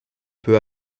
peut